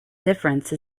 difference